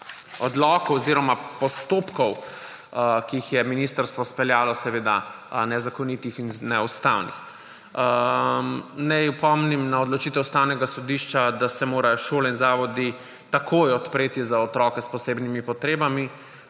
bila večina odlokov, ki jih je ministrstvo izpeljalo, nezakonitih in neustavnih. Naj opomnim na odločitev Ustavnega sodišča, da se morajo šole in zavodi takoj odpreti za otroke s posebnimi potrebami.